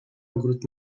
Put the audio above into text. ogród